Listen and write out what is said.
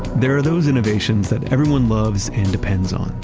there are those innovations that everyone loves and depends on.